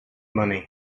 money